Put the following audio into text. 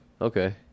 Okay